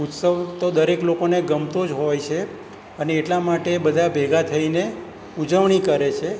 ઉત્સવ તો દરેક લોકોને ગમતો જ હોય છે અને એટલા માટે બધા ભેગા થઈને ઉજવણી કરે છે